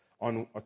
on